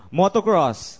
motocross